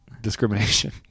discrimination